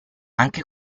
anche